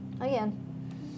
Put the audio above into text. Again